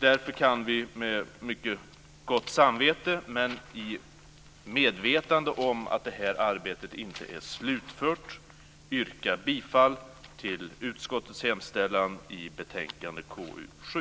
Därför kan vi med mycket gott samvete, men i medvetande om att det här arbetet inte är slutfört, yrka bifall till utskottets hemställan i betänkande KU7.